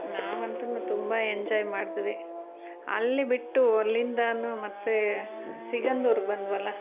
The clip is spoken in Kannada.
ನಾವಂತು ತುಂಬ ಎಂಜಾಯ್ ಮಾಡಿದ್ವಿ ಅಲ್ಲಿ ಬಿಟ್ಟು ಅಲ್ಲಿಂದ ಮತ್ತು ಸಿಗಂದೂರಿಗೆ ಬಂದ್ವಲ್ಲ